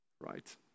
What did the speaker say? Right